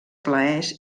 plaers